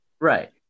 right